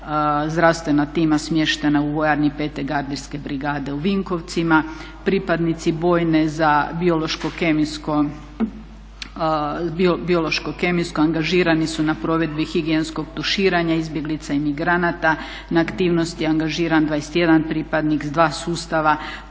zdravstvena tima smještena u Vojarni 5. gardijske brigade u Vinkovcima. Pripadnici Bojne za biološko kemijsko, angažirani su na provedbi higijenskog tuširanja izbjeglica i migranata, na aktivnosti angažiran 21 pripadnik sa 2 sustava,